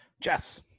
Jess